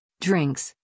drinks